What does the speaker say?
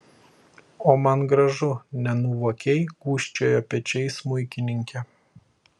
o man gražu nenuovokiai gūžčiojo pečiais smuikininkė